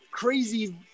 crazy